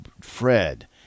Fred